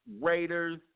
Raiders